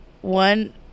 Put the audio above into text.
One